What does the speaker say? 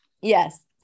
Yes